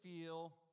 feel